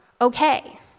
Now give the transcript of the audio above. okay